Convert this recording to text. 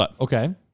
Okay